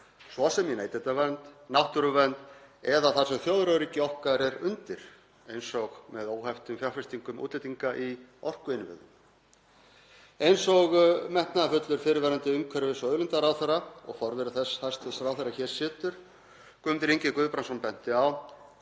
svo sem í neytendavernd, náttúruvernd eða þar sem þjóðaröryggi okkar er undir, eins og með óheftum fjárfestingum útlendinga í orkuinnviðum. Eins og metnaðarfullur fyrrverandi umhverfis- og auðlindaráðherra og forveri þess hæstv. ráðherra sem hér situr, Guðmundur Ingi Guðbrandsson, benti á